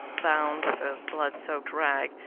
bound with a blood-soaked rag,